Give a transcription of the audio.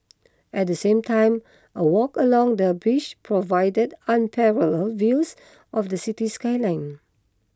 at the same time a walk along the bridge provides unparalleled views of the city skyline